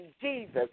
Jesus